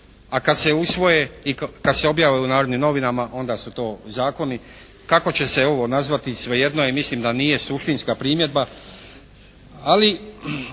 a kad se usvoje i kad se objave u "Narodnim novinama" onda su to zakoni. Kako će se ovo nazvati svejedno je i mislim da nije suštinska primjedba,